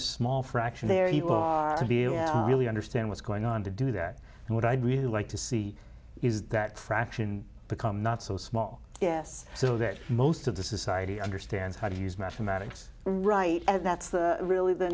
a small fraction there to be really understand what's going on to do that and what i'd really like to see is that fraction become not so small yes so that most of the society understands how to use mathematics right and that's really the